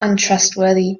untrustworthy